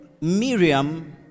Miriam